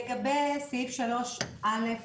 לגבי סעיף 3(א)(ו),